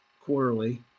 quarterly